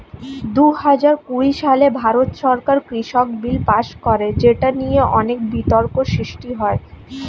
দুহাজার কুড়ি সালে ভারত সরকার কৃষক বিল পাস করে যেটা নিয়ে অনেক বিতর্ক সৃষ্টি হয়